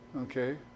Okay